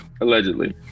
Allegedly